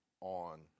on